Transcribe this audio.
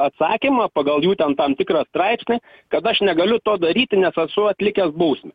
atsakymą pagal jų ten tam tikrą straipsnį kad aš negaliu to daryti nes esu atlikęs bausmę